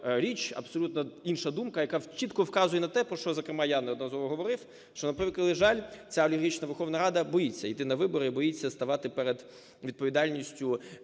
річ, абсолютно інша думка, яка чітко вказує на те, про що, зокрема, я не одноразово говорив, що, на превеликий жаль, ця олігархічна Верховна Рада боїться йти на вибори, боїться ставати перед відповідальністю